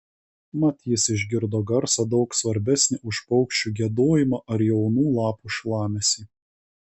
mat jis išgirdo garsą daug svarbesnį už paukščių giedojimą ar jaunų lapų šlamesį